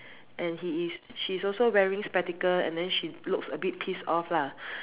and he is she's also wearing spectacles and then she looks a bit pissed off lah